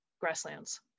grasslands